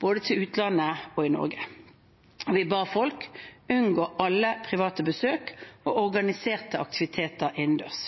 både til utlandet og i Norge, og vi ba folk unngå alle private besøk og organiserte aktiviteter innendørs.